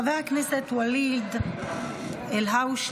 חבר הכנסת וליד אלהואשלה,